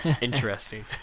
interesting